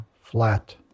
flat